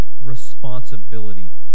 responsibility